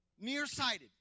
Nearsighted